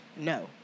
no